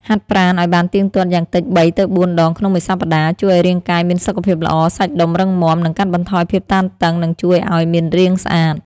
ហាត់ប្រាណអោយបានទៀងទាត់ យ៉ាងតិច ៣ ទៅ ៤ ដងក្នុងមួយសប្តាហ៍ ជួយឱ្យរាងកាយមានសុខភាពល្អ សាច់ដុំរឹងមាំ និងកាត់បន្ថយភាពតានតឹងនឹងជួយអោយមានរាងស្អាត ។